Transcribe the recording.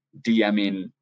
DMing